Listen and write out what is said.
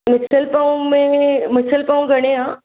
मिसल पाव में मिसल पाव घणे आहे